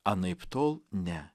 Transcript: anaiptol ne